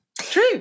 true